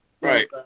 Right